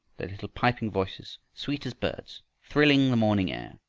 their little piping voices, sweet as birds, thrilling the morning air.